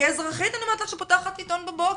כאזרחית אני אומרת לך, שפותחת עיתון בבוקר,